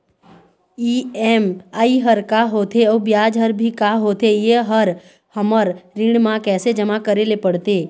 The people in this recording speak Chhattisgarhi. ई.एम.आई हर का होथे अऊ ब्याज हर भी का होथे ये हर हमर ऋण मा कैसे जमा करे ले पड़ते?